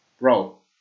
Bro